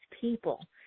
people